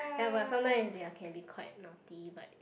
ya but sometimes if they are can be quite naughty but